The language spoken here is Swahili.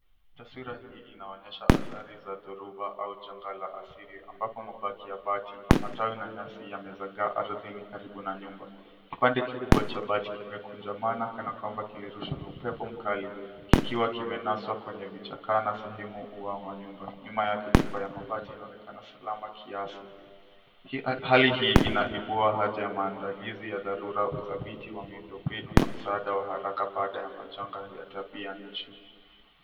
Taswira hii inaonyesha athari za dhoruba au janga la asili ambapo mabaki ya bati, matawi na nyasi yamezagaa ardhini karibu na nyumba. Kipande kikubwa cha bati kimekunjamana kana kwamba kilirushwa na upepo mkali likiwa kimenaswa kwenye vichaka na sehemu ua wa nyumba. Nyuma yake nyumba ya mabati inaonekana salama kiasi. Hali hii inaibua haja ya maandalizi ya dharura, udhabiti wa miundo mbinu na msaada wa haraka baada ya majanga ya tabia nchi.